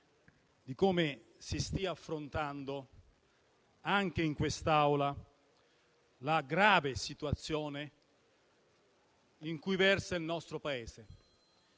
di come si stia affrontando, anche in quest'Aula, la grave situazione in cui versa il nostro Paese.